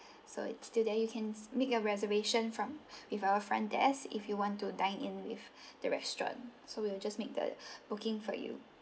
so it's still there you can make a reservation from with our front desk if you want to dine in with the restaurant so we will just make the booking for you